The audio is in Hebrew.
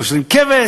קושרים כבש.